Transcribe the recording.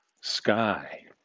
sky